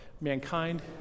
Mankind